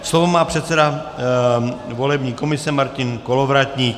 Slovo má předseda volební komise Martin Kolovratník.